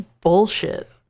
bullshit